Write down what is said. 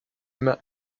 met